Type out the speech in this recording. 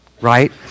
Right